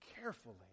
carefully